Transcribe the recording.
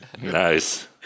Nice